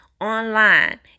online